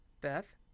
Beth